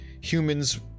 humans